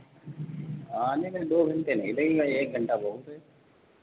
आने में दो घंटे नहीं लगेगा एक घंटा बहुत है